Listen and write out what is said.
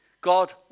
God